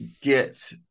get